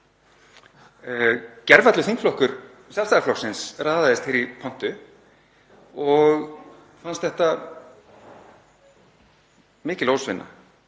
Gervallur þingflokkur Sjálfstæðisflokksins raðaðist hér í pontu og fannst þetta mikil ósvinna,